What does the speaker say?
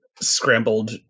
scrambled